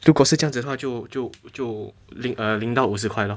如果是这样子的话就就就领导五十块 lor